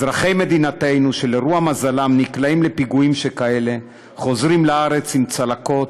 אזרחי מדינתנו שלרוע מזלם נקלעים לפיגועים שכאלה חוזרים לארץ עם צלקות,